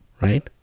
right